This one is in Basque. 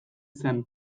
zen